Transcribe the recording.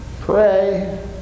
pray